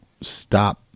stop